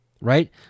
Right